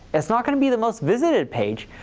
it's not going to be the most visited page,